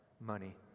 money